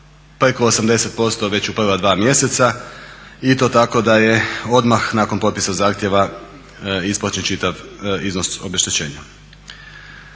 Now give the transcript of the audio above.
preko 80% već u prva 2 mjeseca i to tako da je odmah nakon potpisa zahtjeva isplaćen čitav iznos obeštećenja.